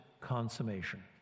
consummation